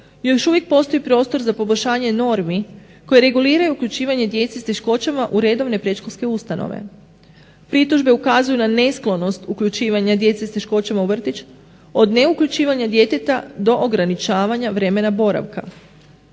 još uvijek postoji prostor za poboljšanje normi koje reguliraju uključivanje djece s teškoćama u redovne predškolske ustanove. Pritužbe ukazuju na nesklonost uključivanja djece s teškoćama u vrtić, od neuključivanja djeteta do ograničavanja vremena boravka.